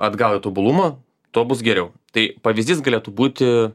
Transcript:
atgal į tobulumą tuo bus geriau tai pavyzdys galėtų būti